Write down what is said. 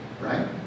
right